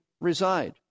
reside